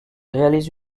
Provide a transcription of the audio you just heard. réalise